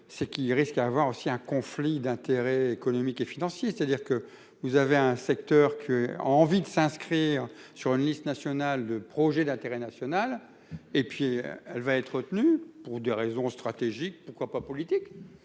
ce qui risque à avoir aussi un conflit d'intérêts économiques et financiers. C'est-à-dire que vous avez un secteur que envie de s'inscrire sur une liste nationale, le projet d'intérêt national et puis elle va être retenue pour des raisons stratégiques, pourquoi pas politique.